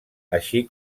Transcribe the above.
així